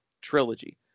trilogy